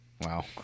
Wow